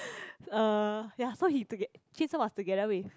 uh ya so he toge~ jun sheng was together with